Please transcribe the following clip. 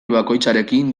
bakoitzarekin